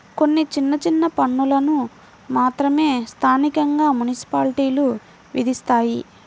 కొన్ని చిన్న చిన్న పన్నులను మాత్రమే స్థానికంగా మున్సిపాలిటీలు విధిస్తాయి